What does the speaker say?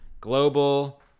global